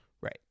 Right